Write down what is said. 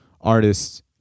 artists